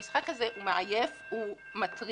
המשחק הזה הוא מעייף, הוא מטריד,